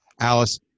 Alice